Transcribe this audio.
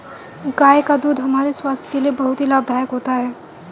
गाय का दूध हमारे स्वास्थ्य के लिए बहुत ही लाभदायक होता है